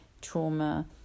trauma